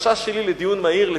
בקשה שלי לדיון מהיר נדחתה,